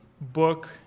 book